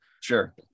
Sure